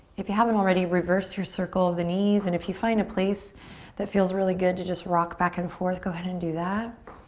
if you haven't already, reverse your circle of the knees and if you find a place that feels really good to just rock back and forth go ahead and do that.